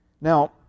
Now